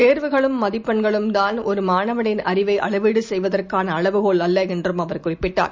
தேர்வுகளும் மதிப்பெண்களும்தான் ஒருமாணவனின் அறிவைஅளவீடுசெய்வதற்கானஅளவுகோல் அல்லஎன்றும் அவர் குறிப்பிட்டார்